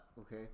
Okay